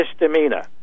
misdemeanor